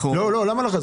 למה לא?